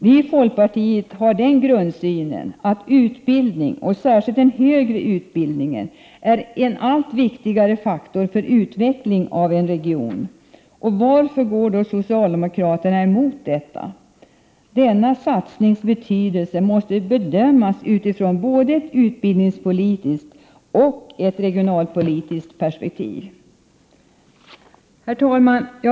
Vi i folkpartiet har grundsynen att utbildning, särskilt den högre utbildningen, är en allt viktigare faktor för utvecklingen av en region. Varför går då socialdemokraterna emot detta? Denna satsnings betydelse måste bedömas med utgångspunkt i både ett utbildningspolitiskt och ett regionalpolitiskt Prot. 1988/89:110 perspektiv. 9 maj 1989 Herr talman!